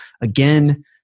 again